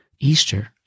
Easter